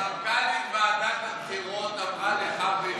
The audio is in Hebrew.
מנכ"לית ועדת הבחירות אמרה לך ולי,